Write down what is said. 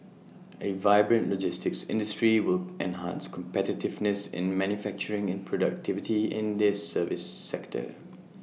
A vibrant logistics industry will enhance competitiveness in manufacturing and productivity in the service sector